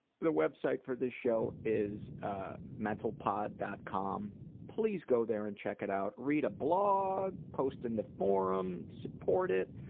the website for this show is ah mentalpod. com. please go there and check it out read a blog, post in the forum, support it,